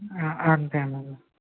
అంతే అండి